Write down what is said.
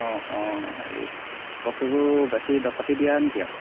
অঁ অঁ হেৰি বস্তুবোৰ বেছি দৰৱ পাতি দিয়া নেকি আকৌ